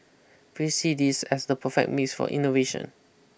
we see this as the perfect mix for innovation